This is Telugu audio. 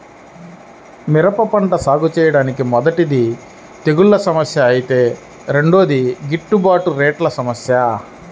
మిరప పంట సాగుచేయడానికి మొదటిది తెగుల్ల సమస్య ఐతే రెండోది గిట్టుబాటు రేట్ల సమస్య